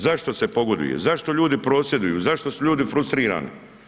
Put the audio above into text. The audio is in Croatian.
Zašto se pogoduje, zašto ljudi prosvjeduju, zašto su ljudi frustrirani?